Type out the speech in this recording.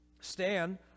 Stan